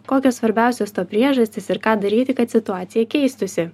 kokios svarbiausios to priežastys ir ką daryti kad situacija keistųsi